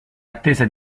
attesa